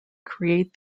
create